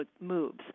moves